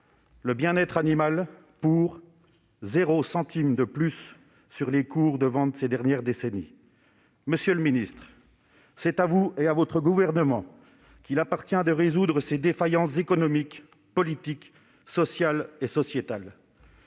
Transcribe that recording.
le bien-être animal, pour zéro centime de plus sur les cours de vente ces dernières décennies. Monsieur le ministre, c'est à vous et à votre gouvernement qu'il appartient de remédier à ces défaillances économiques, politiques, sociales et sociétales.